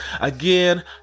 Again